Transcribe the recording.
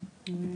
בפתיח,